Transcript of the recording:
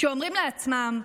שאומרים לעצמם: